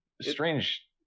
strange